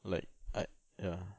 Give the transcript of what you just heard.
like I ya